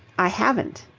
i haven't.